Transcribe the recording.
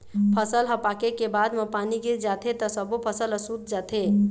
फसल ह पाके के बाद म पानी गिर जाथे त सब्बो फसल ह सूत जाथे